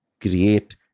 Create